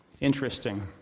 Interesting